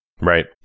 right